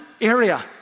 area